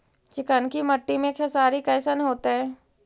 चिकनकी मट्टी मे खेसारी कैसन होतै?